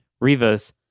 Rivas